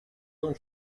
том